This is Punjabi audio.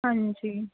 ਹਾਂਜੀ